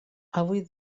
avui